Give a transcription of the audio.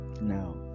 Now